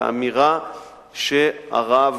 והאמירה שהרב